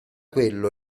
quello